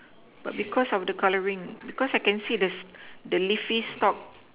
but because of the colouring because I can see the leafy stalk